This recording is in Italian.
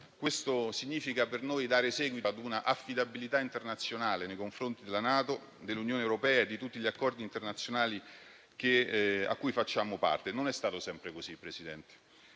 Questo significa per noi dare seguito a una affidabilità internazionale nei confronti della NATO, dell'Unione europea e di tutti gli accordi internazionali di cui facciamo parte. Non è stato sempre così, Presidente.